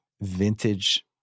Vintage